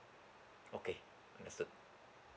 okay understood